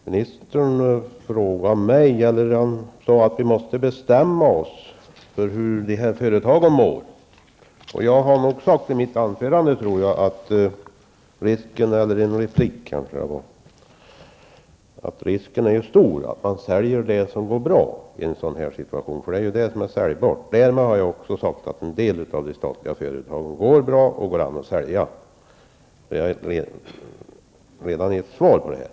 Herr talman! Näringsministern sade att vi måste bestämma oss för hur de här företagen mår. Jag har nog, i mitt anförande eller i en replik kanske, sagt att risken är stor för att man säljer det som går bra i en sådan situation, eftersom det är detta som är säljbart. Därmed har jag också sagt att en del av de statliga företagen går bra och går an att sälja. Jag har alltså redan gett ett svar på det här.